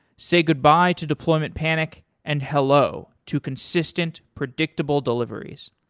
say goodbye to deployment panic and hello to consistent, predictable deliveries.